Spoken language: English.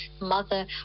mother